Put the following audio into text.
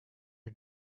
you